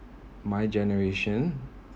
my generation